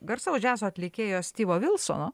garsaus džiazo atlikėjo stivo vilsono